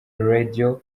radio